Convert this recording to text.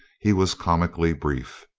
he was comically brief.